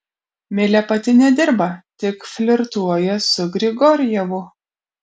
milė pati nedirba tik flirtuoja su grigorjevu